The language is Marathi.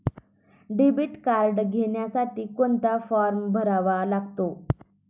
डेबिट कार्ड घेण्यासाठी कोणता फॉर्म भरावा लागतो?